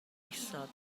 isod